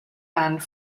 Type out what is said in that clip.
band